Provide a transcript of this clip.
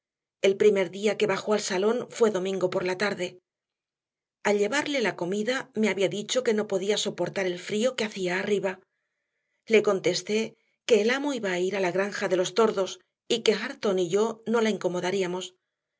el primer día que bajó al salón fue domingo por la tarde al llevarle la comida me había dicho que no podía soportar el frío que hacía arriba le contesté que el amo iba a ir a la granja de los tordos y que hareton y yo no la